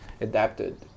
adapted